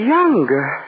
Younger